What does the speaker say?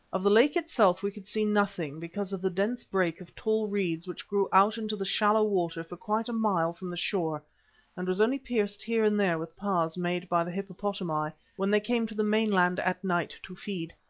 of the lake itself we could see nothing, because of the dense brake of tall reeds which grew out into the shallow water for quite a mile from the shore and was only pierced here and there with paths made by the hippopotami when they came to the mainland at night to feed.